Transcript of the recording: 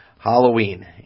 halloween